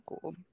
cool